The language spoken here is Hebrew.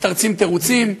מתרצים תירוצים.